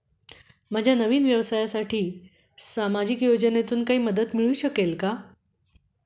माझ्या नवीन व्यवसायासाठी सामाजिक योजनेतून काही मदत मिळू शकेल का?